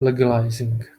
legalizing